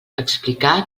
explicar